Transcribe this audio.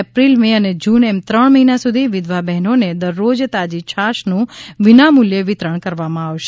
April May અને June એમ ત્રણ મહિના સુધી વિધવા બહેનોને દરરોજ તાજી છા શનું વિના મૂલ્યે વિતરણ કરવામાં આવશે